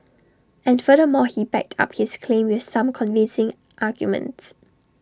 and furthermore he backed up his claim with some convincing arguments